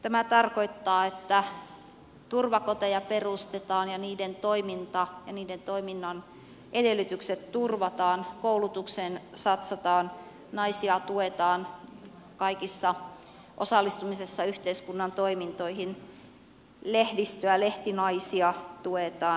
tämä tarkoittaa että turvakoteja perustetaan ja niiden toiminta ja niiden toiminnan edellytykset turvataan koulutukseen satsataan naisia tuetaan kaikissa osallistumisissa yhteiskunnan toimintoihin lehdistöä lehtinaisia tuetaan